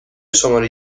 شماره